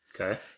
Okay